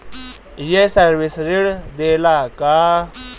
ये सर्विस ऋण देला का?